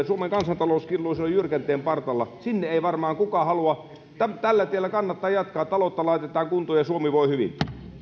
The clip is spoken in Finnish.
suomen kansantalous killui silloin jyrkänteen partaalla sinne ei varmaan kukaan halua tällä tiellä kannattaa jatkaa taloutta laitetaan kuntoon ja suomi voi hyvin